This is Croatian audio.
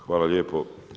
Hvala lijepo.